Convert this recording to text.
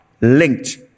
linked